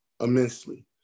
immensely